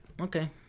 okay